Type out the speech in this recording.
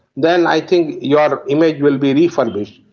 then i think your image will be refurbished.